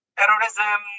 terrorism